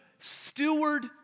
Steward